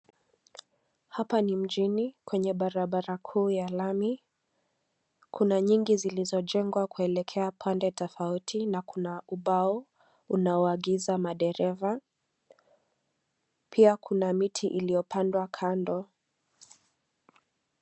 Hapa ni mjini kwenye barabara kuu ya lami, kuna nyingi zilizojengwa kuelekea pande tofauti na kuna ubao unaoagiza madereva, pia kuna miti iliyopandwa kando.